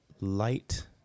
light